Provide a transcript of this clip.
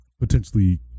potentially